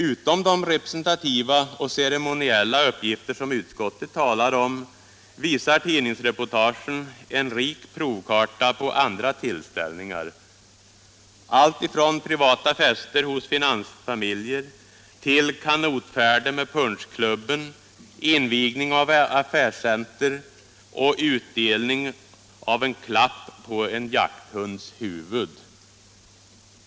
Utom de representativa och ceremoniella uppgifter som utskottet talar om visar tidningsreportagen en rik provkarta på andra tillställningar — alltifrån privata fester hos finansfamiljer till kanotfärder med ”Punschklubben”, invigning av affärscentra och utdelning av en klapp på en jakthunds huvud.